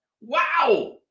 Wow